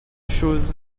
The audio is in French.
chose